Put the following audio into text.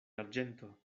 arĝento